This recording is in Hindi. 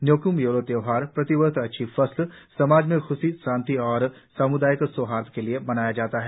न्योक्म य्लो त्योहार प्रतिवर्ष अच्छी फसल समाज में स्ख शांति और सामुदायिक सौहार्द के लिए मनाया जाता है